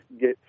get